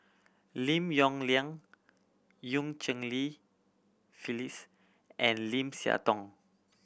Lim Yong Liang Eu Cheng Li Phyllis and Lim Siah Tong